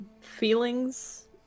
Feelings